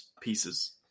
pieces